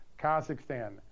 Kazakhstan